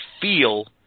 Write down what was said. feel